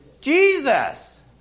Jesus